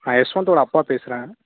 நான் எஷ்வந்தோட அப்பா பேசுகிறேன்